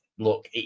Look